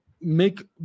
make